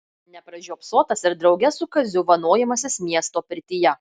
nepražiopsotas ir drauge su kaziu vanojimasis miesto pirtyje